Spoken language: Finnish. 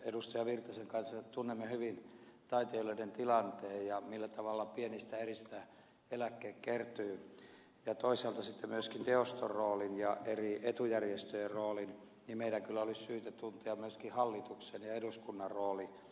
virtasen kanssa tunnemme hyvin taiteilijoiden tilanteen ja sen millä tavalla pienistä eristä eläke kertyy ja toisaalta sitten myöskin teoston roolin ja eri etujärjestöjen roolin niin meidän kyllä olisi syytä tuntea myöskin hallituksen ja eduskunnan rooli